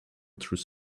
through